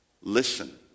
Listen